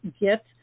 get